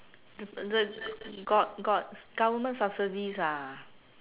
the got got government subsidies ah